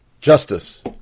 justice